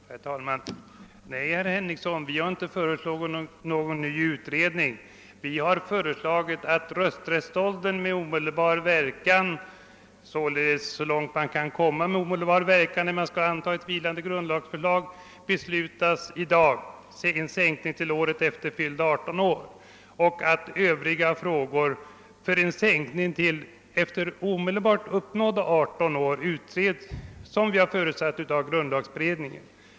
Herr talman! Nej, herr Henningsson, vi har inte föreslagit någon ny utredning, utan vi förordar att en sänkning av rösträttsåldern till året efter fyllda 18 år beslutas i dag med omedelbar verkan, d.v.s. så långt man kan komma med omedelbar verkan vid antagandet av ett vilande grundlagsförslag. Vidare har vi föreslagit att frågan om sänkning av rösträttsåldern till omedelbart efter uppnådda 18 år utreds av grundlagberedningen.